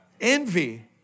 Envy